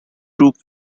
troops